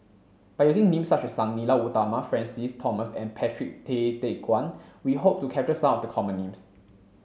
by using names such as Sang Nila Utama Francis Thomas and Patrick Tay Teck Guan we hope to capture some of the common names